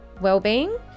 well-being